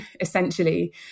essentially